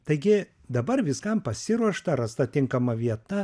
taigi dabar viskam pasiruošta rasta tinkama vieta